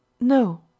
No